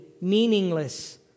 Meaningless